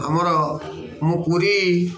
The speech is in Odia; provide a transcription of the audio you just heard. ହଁ ମୁଁ ପୁରୀ